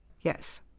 Yes